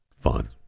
fun